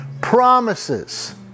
promises